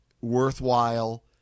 worthwhile